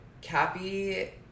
Cappy